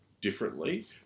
differently